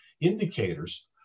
indicators